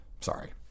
Sorry